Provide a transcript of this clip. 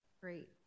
Great